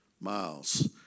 miles